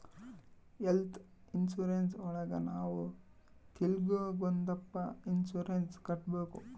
health insurance ಒಳಗ ನಾವ್ ತಿಂಗ್ಳಿಗೊಂದಪ್ಪ ಇನ್ಸೂರೆನ್ಸ್ ಕಟ್ಟ್ಬೇಕು